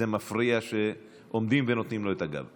וזה מפריע שעומדים ונותנים לו את הגב,